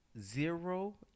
zero